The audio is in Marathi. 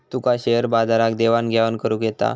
तुका शेयर बाजारात देवाण घेवाण करुक येता?